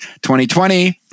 2020